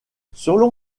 selon